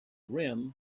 rim